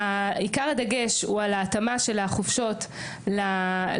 עיקר הדגש הוא על ההתאמה של החופשות למשק,